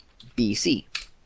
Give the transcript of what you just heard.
BC